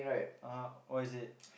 (uh huh) what is it